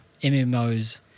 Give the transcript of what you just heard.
mmos